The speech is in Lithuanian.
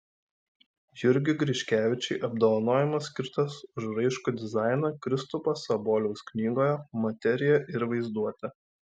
jurgiui griškevičiui apdovanojimas skirtas už raiškų dizainą kristupo saboliaus knygoje materija ir vaizduotė